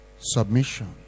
submission